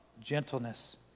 gentleness